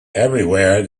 everywhere